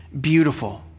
beautiful